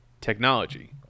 Technology